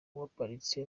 yaparitse